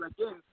again